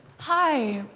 hi.